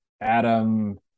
Adam